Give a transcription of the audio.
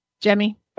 Jemmy